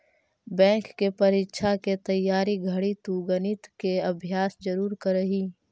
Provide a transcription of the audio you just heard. bank के परीक्षा के तइयारी घड़ी तु गणित के अभ्यास जरूर करीह